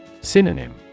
Synonym